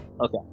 Okay